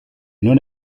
non